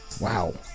Wow